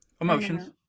Emotions